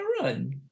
run